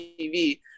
TV